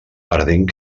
perdent